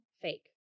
fake